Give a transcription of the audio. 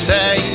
Say